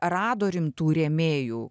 rado rimtų rėmėjų